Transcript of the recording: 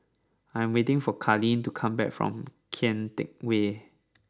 I am waiting for Karlene to come back from Kian Teck Way